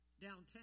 downtown